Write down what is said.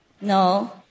No